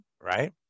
right